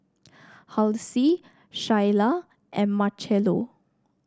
Halsey Shayla and Marchello